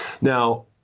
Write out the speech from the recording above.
now